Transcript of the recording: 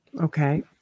okay